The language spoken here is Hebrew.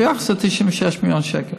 וביחד זה 96 מיליון שקל.